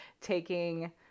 taking